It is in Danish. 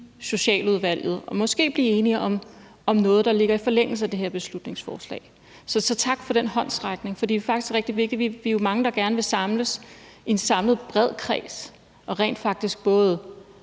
Socialudvalget og måske blive enige om noget, der ligger i forlængelse af det her beslutningsforslag. Så tak for den håndsrækning, for det er faktisk rigtig vigtigt. Vi er jo mange, der gerne vil samles i en bred kreds og rent faktisk både